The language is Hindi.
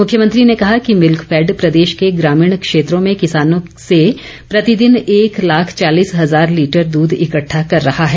मुख्यमंत्री ने कहा कि मिल्कफैड प्रदेश के ग्रामीण क्षेत्रों में किसानों से प्रतिदिन एक लाख चालीस हजार लीटर दूध इक्कठा कर रहा है